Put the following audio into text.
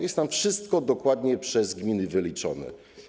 Jest tam wszystko dokładnie przez gminy wyliczone.